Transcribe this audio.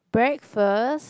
breakfast